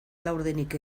laurdenik